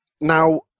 Now